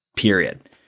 Period